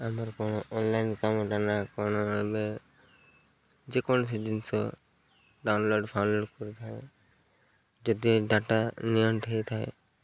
ଆମର କ'ଣ ଅନଲାଇନ୍ କାମଟା ନା କ'ଣ ଏବେ ଯେକୌଣସି ଜିନିଷ ଡାଉନଲୋଡ଼୍ ଫାଉନଲୋଡ଼୍ କରିଥାଏ ଯଦି ଡାଟା ନିୟଣ୍ଟ ହେଇଥାଏ